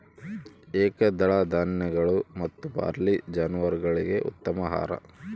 ಏಕದಳ ಧಾನ್ಯಗಳು ಮತ್ತು ಬಾರ್ಲಿ ಜಾನುವಾರುಗುಳ್ಗೆ ಉತ್ತಮ ಆಹಾರ